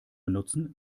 benutzen